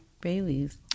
Bailey's